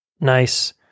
nice